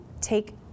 take